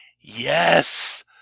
yes